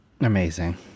amazing